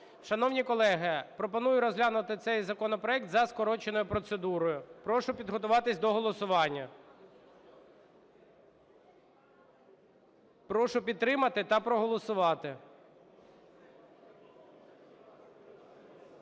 Шановні колеги, пропоную розглянути цей законопроект за скороченою процедурою. Прошу підготуватися до голосування, прошу підтримати та проголосувати.